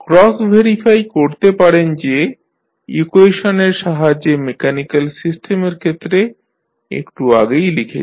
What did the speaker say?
cross verify করতে পারেন যে ইকুয়েশনের সাহায্যে মেকানিক্যাল সিস্টেমের ক্ষেত্রে একটু আগেই লিখেছি